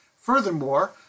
Furthermore